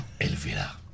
Elvira